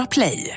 Play